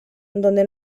donde